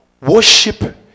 Worship